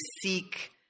seek